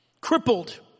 Crippled